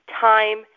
time